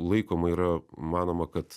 laikoma yra manoma kad